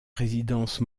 résidence